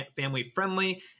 family-friendly